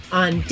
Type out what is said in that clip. on